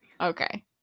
Okay